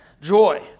joy